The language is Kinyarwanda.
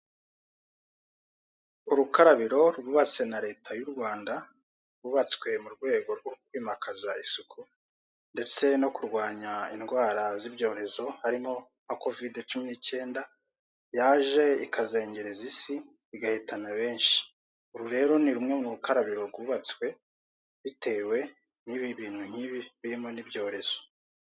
Urukarabiro rwubatswe na leta y'u rwanda rwubatswe mu rwego rwo kwimakaza isuku, ndetse no kurwanya indwara z'ibyorezo harimo na kovide cumi n'icyenda yaje ikazengereza isi igahitana benshi. ubu rero ni rumwe mu rukarabiro bwubatswe bitewe n'ibi bintu nk'ibi birimo n'ibyorezo.